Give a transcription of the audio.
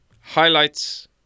highlights